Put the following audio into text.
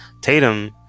Tatum